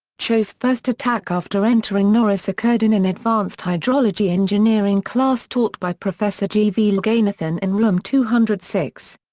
cho's first attack after entering norris occurred in an advanced hydrology engineering class taught by professor g. v. loganathan in room two hundred and six.